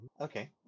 Okay